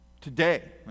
Today